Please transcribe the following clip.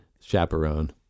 chaperone